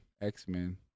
X-Men